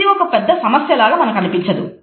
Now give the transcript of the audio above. ఇది ఒక పెద్ద సమస్య లాగా మనకు అనిపించదు